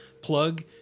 Plug